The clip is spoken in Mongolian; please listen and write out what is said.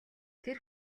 тэр